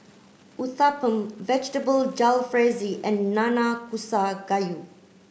Uthapam Vegetable Jalfrezi and Nanakusa Gayu